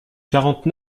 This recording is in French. quarante